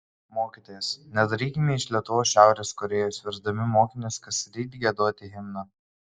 mokytojas nedarykime iš lietuvos šiaurės korėjos versdami mokinius kasryt giedoti himną